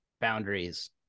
boundaries